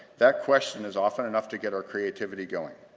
that question is often enough to get our creativity going.